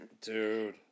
Dude